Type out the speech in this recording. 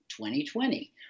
2020